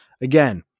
again